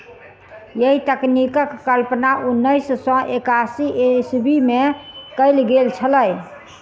एहि तकनीकक कल्पना उन्नैस सौ एकासी ईस्वीमे कयल गेल छलै